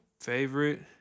Favorite